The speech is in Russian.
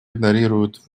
игнорируют